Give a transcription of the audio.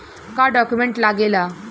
का डॉक्यूमेंट लागेला?